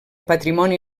patrimoni